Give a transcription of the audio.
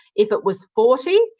if it was forty,